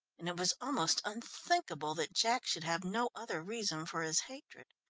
and it was almost unthinkable that jack should have no other reason for his hatred.